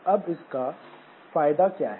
अब इसका फायदा क्या है